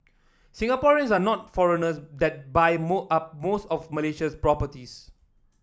Singaporeans are not foreigners that buy more up most of Malaysia's properties